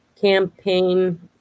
campaign